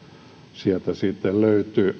sieltä sitten löytyy